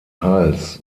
hals